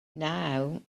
now